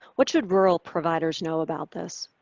what should rural providers know about this?